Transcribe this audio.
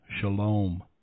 Shalom